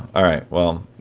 all right. well,